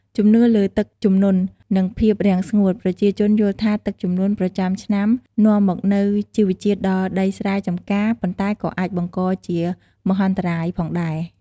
ជំនឿលើទឹកជំនន់ និងភាពរាំងស្ងួត ប្រជាជនយល់ថាទឹកជំនន់ប្រចាំឆ្នាំនាំមកនូវជីជាតិដល់ដីស្រែចម្ការ ប៉ុន្តែក៏អាចបង្កជាមហន្តរាយផងដែរ។